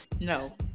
No